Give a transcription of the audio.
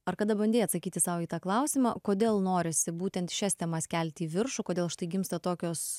ar kada bandei atsakyti sau į tą klausimą kodėl norisi būtent šias temas kelti į viršų kodėl štai gimsta tokios